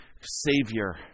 Savior